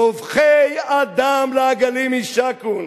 זובחי אדם לעגלים יישקון.